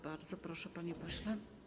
Bardzo proszę, panie pośle.